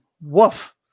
woof